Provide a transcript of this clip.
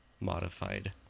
modified